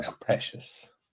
Precious